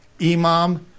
Imam